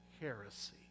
heresy